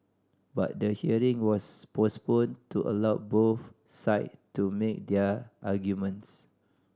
but the hearing was postponed to allow both side to make their arguments